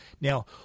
Now